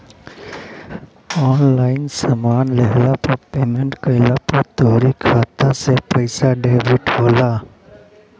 online सामान लेहला पअ पेमेंट कइला पअ तोहरी खाता से पईसा डेबिट होला